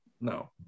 No